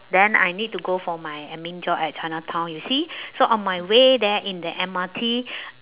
then I need to go for my admin job at chinatown you see so on my way there in the M_R_T